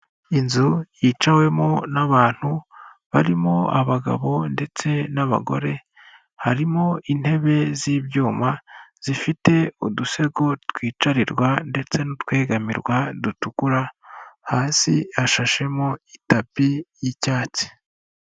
Inzu yicawemo n'abantu, barimo abagabo ndetse n'abagore, harimo intebe z'ibyuma, zifite udusego twicarirwa ndetse n'utwegamirwa dutukura, hasi hashashemo itapi y'icyatsi.